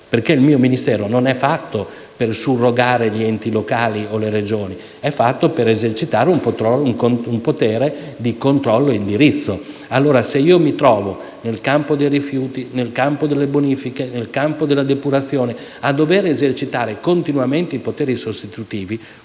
perché il mio Ministero non è fatto per surrogare gli enti locali o le Regioni, ma per esercitare un potere di controllo e di indirizzo. Allora, se io mi trovo nel campo dei rifiuti, delle bonifiche, della depurazione, a dover esercitare continuamente i poteri sostitutivi,